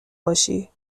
باشی